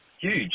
huge